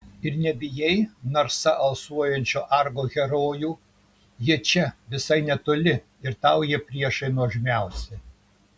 ir nebijai narsa alsuojančių argo herojų jie čia visai netoli ir tau jie priešai nuožmiausi